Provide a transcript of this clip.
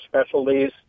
specialties